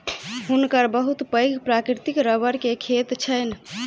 हुनकर बहुत पैघ प्राकृतिक रबड़ के खेत छैन